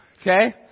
Okay